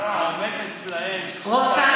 הערה, אדוני